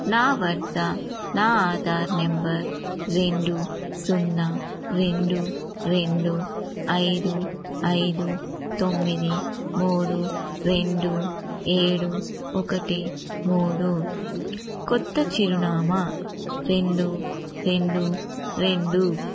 నా వద్ద నా ఆధార్ నంబర్ రెండు సున్నా రెండు రెండు ఐదు ఐదు తొమ్మిది మూడు రెండు ఏడు ఒకటి మూడు కొత్త చిరునామా రెండు రెండు రెండు